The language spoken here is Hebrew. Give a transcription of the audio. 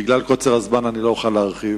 בגלל קוצר הזמן אני לא אוכל להרחיב.